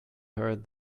heard